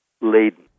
laden